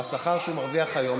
בשכר שהוא מרוויח היום,